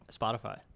Spotify